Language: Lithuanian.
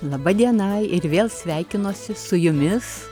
laba diena ir vėl sveikinuosi su jumis